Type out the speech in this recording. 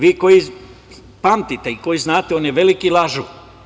Vi, koji pamtite i koji znate on je veliki lažov.